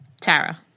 Tara